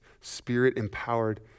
Spirit-empowered